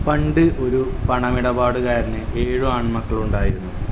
പണ്ട് ഒരു പണമിടപാടുകാരന് ഏഴ് ആൺമക്കളുണ്ടായിരുന്നു